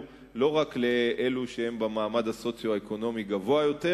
לא רק לאלו שהם במעמד הסוציו-אקונומי הגבוה יותר,